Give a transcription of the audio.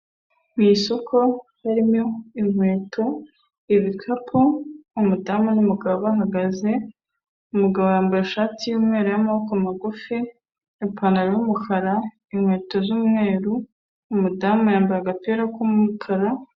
Mu isoko harimo inkweto, ibikapu, umudamu n'umugabo bahagaze, umugabo yambaye ishati y'umweru y'amaboko magufi, ipantaro y'umukara inkweto z'umweru, umudamu yambaye agapira k'umukara...